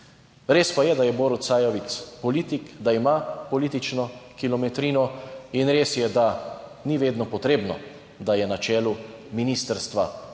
Res pa je, da je Borut Sajovic politik, da ima politično kilometrino. In res je, da ni vedno potrebno, da je na čelu ministrstva